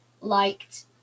liked